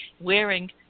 wearing